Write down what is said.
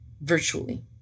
virtually